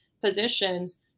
positions